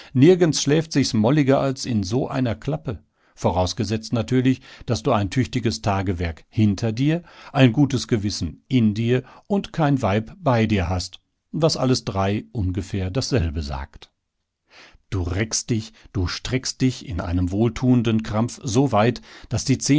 nirgends schläft sich's molliger als in so einer klappe vorausgesetzt natürlich daß du ein tüchtiges tagewerk hinter dir ein gutes gewissen in dir und kein weib bei dir hast was alles drei ungefähr dasselbe sagt du reckst dich du streckst dich in einem wohltuenden krampf so weit daß die